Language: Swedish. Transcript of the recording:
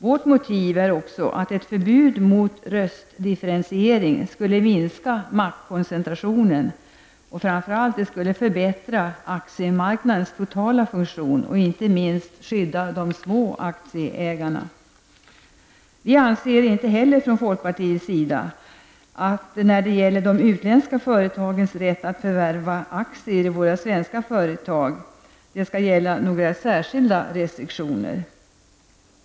Vårt motiv är också att ett förbud mot röstdifferentiering skulle minska maktkoncentrationen. Det skulle framför allt förbättra aktiemarknadens totala funktion och inte minst skydda de små aktieägarna. Folkpartiet anser inte heller att det skall gälla några särskilda restriktioner för de utländska företagens rätt att förvärva aktier i svenska företag.